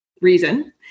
reason